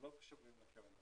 לא קשורים לקרן העושר.